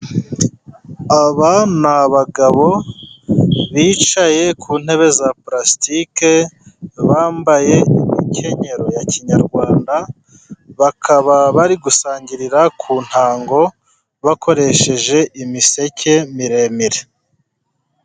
Aba ni abagabo bicaye ku ntebe za pulastike, bambaye imikenyero ya kinyarwanda, bakaba bari gusangirira ku ntango bakoresheje imiseke miremire.